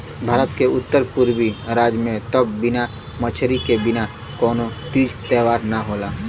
भारत के उत्तर पुरबी राज में त बिना मछरी के बिना कवनो तीज त्यौहार ना होला